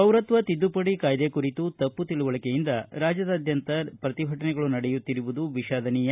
ಪೌರತ್ವ ತಿದ್ದುಪಡಿ ಕಾಯ್ದೆ ಕುರಿತು ತಪ್ಪು ತಿಳುವಳಿಕೆಯಿಂದ ರಾಜ್ಯಾದ್ಧಂತ ಪ್ರತಿಭಟನೆಗಳು ನಡೆಯುತ್ತಿರುವುದು ವಿಷಾದನೀಯ